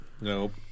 Nope